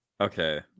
Okay